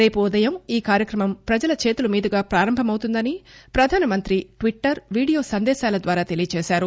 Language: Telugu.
రేపు ఉదయం ఈ కార్యక్రమం ప్రజల చేతుల మీదుగా ప్రారంభమవుతుందని ప్రధానమంత్రి ట్విట్టర్ వీడియో సందేశాల ద్వారా తెలియజేశారు